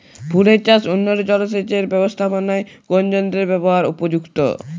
ফুলের চাষে উন্নত জলসেচ এর ব্যাবস্থাপনায় কোন যন্ত্রের ব্যবহার উপযুক্ত?